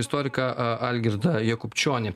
istoriką algirdą jakubčionį